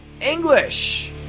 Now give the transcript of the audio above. English